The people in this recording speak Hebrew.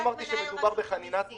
לא אמרתי שמדובר בחנינת מס,